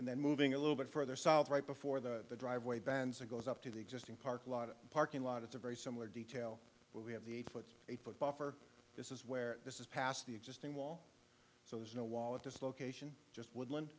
and then moving a little bit further south right before the driveway bends and goes up to the existing park lot of parking lot it's a very similar detail but we have the eight foot eight foot buffer this is where this is past the existing wall so there's no wall of dislocation just woodland